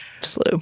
slow